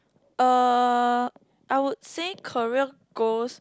uh I would say career goals